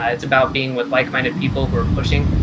ah it's about being with like minded people who are pushing,